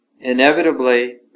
inevitably